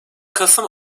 kasım